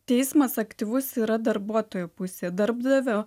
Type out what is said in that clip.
teismas aktyvus yra darbuotojo pusėje darbdavio